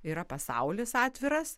yra pasaulis atviras